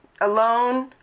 Alone